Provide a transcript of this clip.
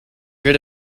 good